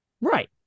Right